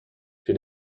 she